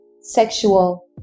sexual